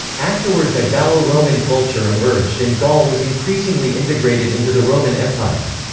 afterwards a gallo-roman culture emerged and gaul was increasingly integrated into the roman empire.